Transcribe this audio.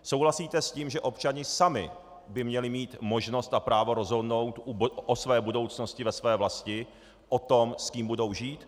Souhlasíte s tím, že občané sami by měli mít možnost a právo rozhodnout o své budoucnosti ve své vlasti, o tom, s kým budou žít?